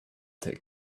take